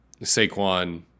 Saquon